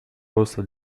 роста